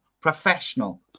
Professional